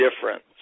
difference